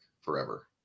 forever